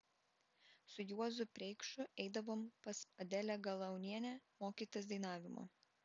su juozu preikšu eidavom pas adelę galaunienę mokytis dainavimo